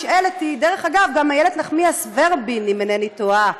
דרך אגב, גם איילת נחמיאס ורבין, אם אינני טועה,